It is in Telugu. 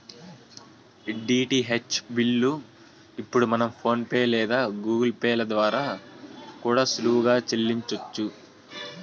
డీటీహెచ్ బిల్లు ఇప్పుడు మనం ఫోన్ పే లేదా గూగుల్ పే ల ద్వారా కూడా సులువుగా సెల్లించొచ్చు